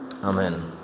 Amen